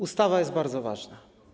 Ustawa jest bardzo ważna.